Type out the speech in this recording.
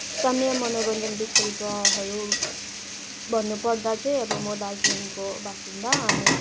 स्थाानीय मनोरन्जन विकल्पहरू भन्नुपर्दा चाहिँ अब म दार्जिलिङको बासिन्दा अनि